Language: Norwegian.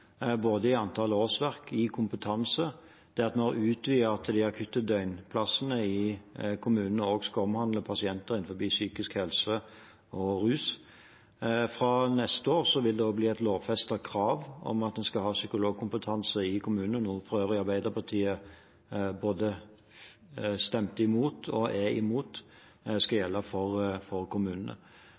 både i antall årsverk, i kompetanse og ved at vi har utvidet slik at de akutte døgnplassene i kommunene også skal omfatte pasienter innenfor psykisk helse og rus. Fra neste år vil det være et lovfestet krav om at en skal ha psykologkompetanse i kommunene, noe for øvrig Arbeiderpartiet stemte imot og er imot at skal gjelde for kommunene. Vi mener det er viktig at kommunene